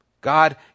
God